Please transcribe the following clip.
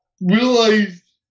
realize